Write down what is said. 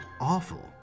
awful